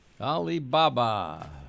Alibaba